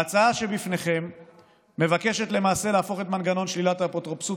ההצעה שבפניכם מבקשת למעשה להפוך את מנגנון שלילת האפוטרופסות